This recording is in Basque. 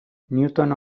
newton